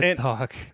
talk